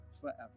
forever